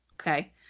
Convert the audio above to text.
okay